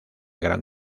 gran